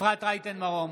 אפרת רייטן מרום,